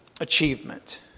achievement